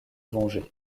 venger